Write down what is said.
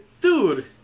Dude